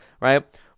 right